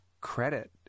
credit